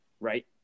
right